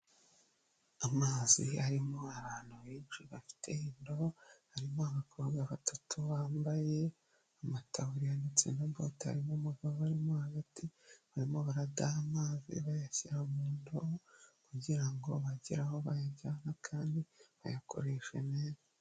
Amazi arimo abantu benshi bafite indobo, harimo abakobwa batatu bambaye amataburiya ndetse na bote hari n'umugabo barimo hagati, barimo baradaha amazi bayashyira mu ndobo kugira bagere aho bayajyana kandi bayakoresha neza.